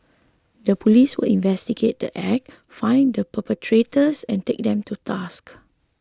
the police will investigate the Act find the perpetrators and take them to task